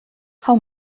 how